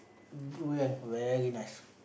durian very nice